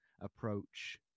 approach